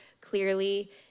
clearly